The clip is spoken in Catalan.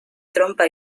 trompa